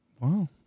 Wow